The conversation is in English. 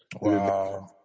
Wow